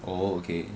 oh okay